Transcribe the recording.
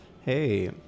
hey